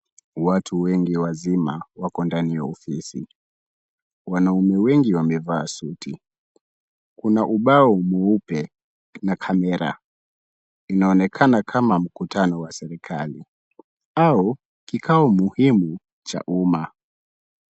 Watu wengi wazima wako ndani ya ofisi. Wanaume wengi wamevaa suti. Kuna ubao mweupe na kamera. Inaonekana kama mkutano wa serikali au kikao muhimu cha uma.